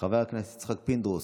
חבר הכנסת יצחק פינדרוס.